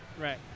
right